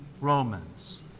Romans